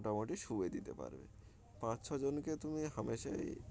মোটামুটি শুইয়ে দিতে পারবে পাঁচ ছজনকে তুমি হামেশাই